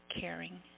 caring